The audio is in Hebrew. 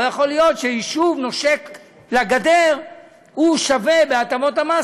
לא יכול להיות שיישוב שנושק לגדר שווה בהטבות המס